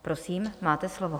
Prosím, máte slovo.